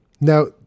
Now